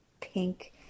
pink